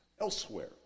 elsewhere